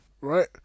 right